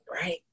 right